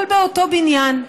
אבל באותו בניין.